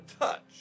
touch